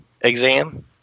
exam